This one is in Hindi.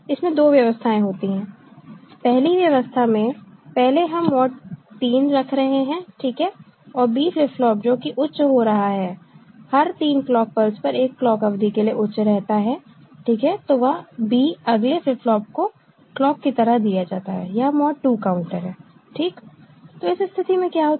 इसमें दो व्यवस्थाएं होती हैं पहली व्यवस्था में पहले हम मॉड 3 रख रहे हैं ठीक है और B फ्लिप फ्लॉप जो कि उच्च हो रहा है और हर 3 क्लॉक पल्स पर 1 क्लॉक अवधि के लिए उच्च रहता है ठीक है तो वह B अगले फ्लिप फ्लॉप को क्लॉक की तरह दिया जाता है यह मॉड 2 काउंटर है ठीक तो इस स्थिति में क्या होता है